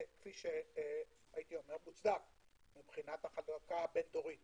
כפי שמוצדק מבחינת החזקה בין דורות